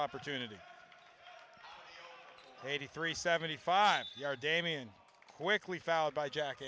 opportunity eighty three seventy five yard damien quickly found by jack